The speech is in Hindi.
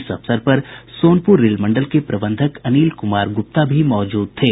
इस अवसर पर सोनपुर रेल मंडल के प्रबंधक अनिल कुमार गुप्ता भी मौजूद थे